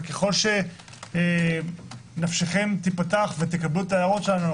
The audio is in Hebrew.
וככל שנפשכם תיפתח ותקבלו את ההערות שלנו,